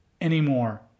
anymore